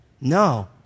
No